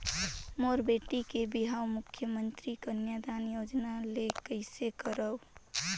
मोर बेटी के बिहाव मुख्यमंतरी कन्यादान योजना ले कइसे करव?